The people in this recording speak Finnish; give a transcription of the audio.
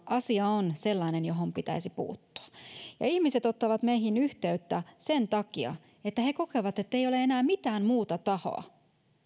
asia on sellainen johon pitäisi puuttua ihmiset ottavat meihin yhteyttä sen takia että he he kokevat ettei ole enää mitään muuta tahoa